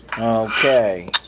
Okay